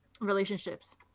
relationships